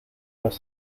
los